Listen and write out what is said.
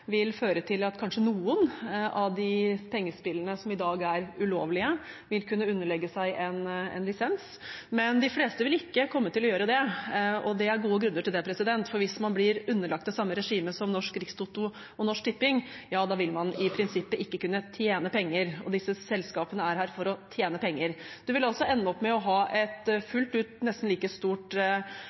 vil føre til at kanskje noen av de pengespillene som i dag er ulovlige, vil kunne underlegge seg en lisens, men de fleste vil ikke komme til å gjøre det. Og det er gode grunner til det, for hvis man blir underlagt det samme regimet som Norsk Rikstoto og Norsk Tipping, da ville man i prinsippet ikke kunne tjene penger, og disse selskapene er her for å tjene penger. En ville altså ende opp med å ha et nesten like stort